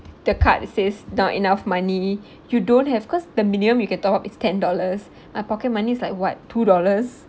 the card says not enough money you don't have because the minimum you can top-up is ten dollars my pocket money is like what two dollars